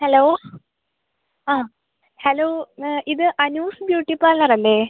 hello ആ hello ഇത് Anu's beauty പാർലറല്ലേ